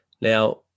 Now